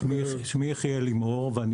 שמי יחיאל לימור ואני